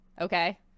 okay